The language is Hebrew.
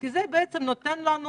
כי זה בעצם נותן לנו